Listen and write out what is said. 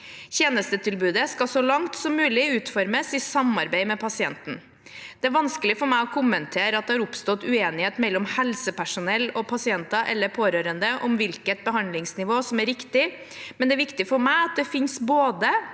Tjenestetilbudet skal så langt som mulig utformes i samarbeid med pasienten. Det er vanskelig for meg å kommentere at det har oppstått uenighet mellom helsepersonell og pasienter eller pårørende om hvilket behandlingsnivå som er riktig, men det er viktig for meg at det finnes både